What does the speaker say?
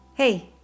Hey